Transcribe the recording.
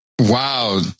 Wow